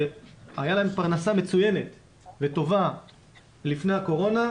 שהיה להם פרנסה מצוינת וטובה לפני הקורונה,